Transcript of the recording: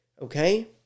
Okay